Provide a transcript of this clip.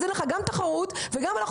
זה יוצר מצב שגם אין לך תחרות וגם אנחנו